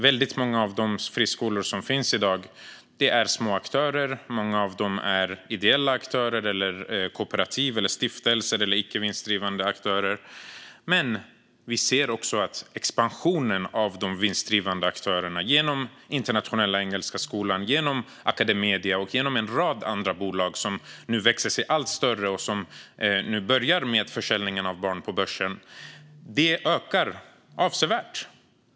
Väldigt många av de friskolor som finns i dag är små aktörer. Många av dem är ideella aktörer, kooperativ, stiftelser eller icke vinstdrivande aktörer. Men vi ser också de vinstdrivande aktörernas expansion genom Internationella Engelska Skolan, genom Academedia och genom en rad andra bolag som nu växer sig allt större och som nu börjar med försäljning av barn på börsen. Det ökar avsevärt.